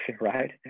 right